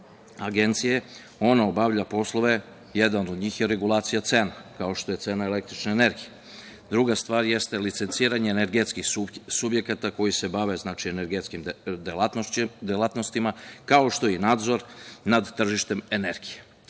Agencije, jedan od poslova koje obavlja je regulacija cena, kao što je cena električne energije. Druga stvar je ste licenciranje energetskih subjekata koji se bave energetskim delatnostima, kao što je i nadzor nad tržištem energije. Takođe,